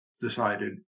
decided